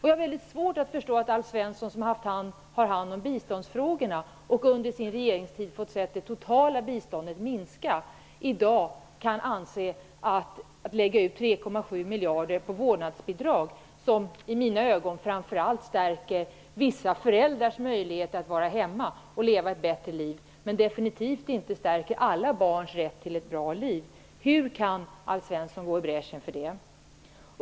Jag har väldigt svårt att förstå att Alf Svensson, som har hand om biståndsfrågorna och under sin regeringstid fått se det totala biståndet minska, i dag kan anse det rimligt att lägga ut 3,7 miljarder på vårdnadsbidrag, som i mina ögon framför allt stärker vissa föräldrars möjligheter att vara hemma och leva ett bättre liv men definitivt inte stärker alla barns rätt till ett bra liv. Hur kan Alf Svensson gå i bräschen för det?